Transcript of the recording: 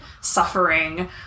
suffering